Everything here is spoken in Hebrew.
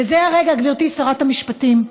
וזה הרגע, גברתי שרת המשפטים,